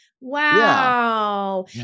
wow